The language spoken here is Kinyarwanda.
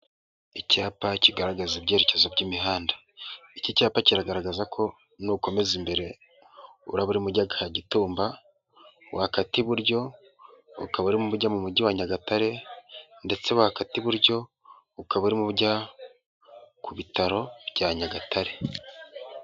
Icyapa kigaragaza ibyerekezo by'imihanda, iki cyapa kiragaragaza ko nukomeza imbere uraba urimo ujya Kagitumba, wakata iburyo ukaba arimo ujya mu mujyi wa Nyagatare ndetse wakata iburyo ukaba uri ujya ku bitaro bya Nyagatare.